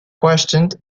questioned